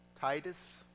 Titus